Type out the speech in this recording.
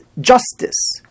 justice